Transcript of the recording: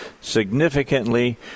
significantly